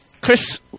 Chris